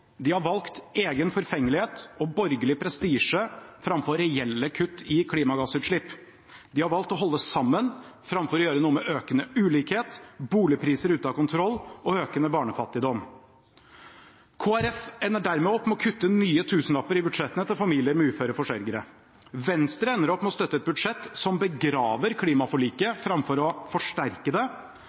De har valgt egen forfengelighet og borgerlig prestisje framfor reelle kutt i klimagassutslipp. De har valgt å holde sammen framfor å gjøre noe med økende ulikhet, boligpriser ute av kontroll og økende barnefattigdom. Kristelig Folkeparti ender dermed opp med å kutte nye tusenlapper i budsjettene til familier med uføre forsørgere. Venstre ender opp med å støtte et budsjett som begraver klimaforliket framfor å forsterke det,